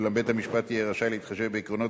אולם בית-המשפט יהיה רשאי להתחשב בעקרונות